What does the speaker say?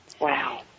Wow